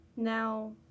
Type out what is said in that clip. Now